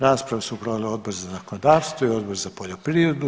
Raspravu su proveli Odbor za zakonodavstvo i Odbor za poljoprivredu.